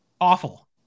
awful